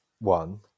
one